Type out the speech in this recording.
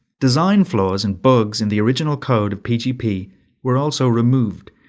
design flaws and bugs in the original code of pgp were also removed,